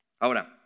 Ahora